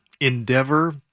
endeavor